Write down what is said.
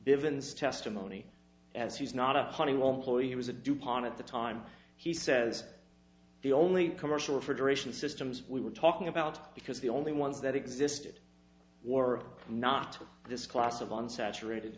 givens testimony as he is not a honey won't hold he was a dupont at the time he says the only commercial refrigeration systems we were talking about because the only ones that existed or not this class of unsaturated